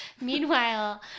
Meanwhile